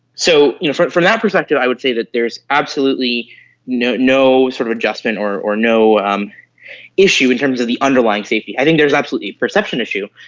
so you know from that perspective i would say that there is absolutely no no sort of adjustment or or no um issue in terms of the underlying safety. i think there is absolutely a perception issue.